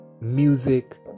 music